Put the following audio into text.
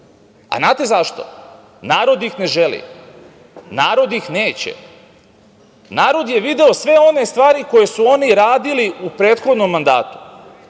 A znate zašto? Narod ih ne želi. Narod ih neće. Narod je video sve one stvari koje su oni radili u prethodnom mandatu.